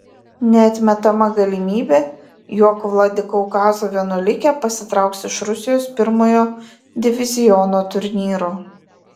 neatmetama galimybė jog vladikaukazo vienuolikė pasitrauks iš rusijos pirmojo diviziono turnyro